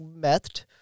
methed